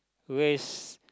raise